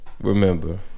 remember